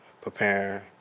preparing